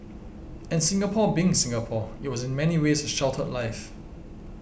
and Singapore being Singapore it was in many ways a sheltered life